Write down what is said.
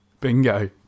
bingo